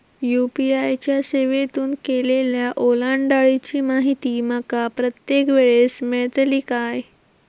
UPI च्या सेवेतून केलेल्या ओलांडाळीची माहिती माका प्रत्येक वेळेस मेलतळी काय?